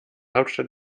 hauptstadt